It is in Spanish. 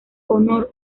honor